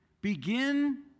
begin